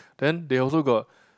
then they also got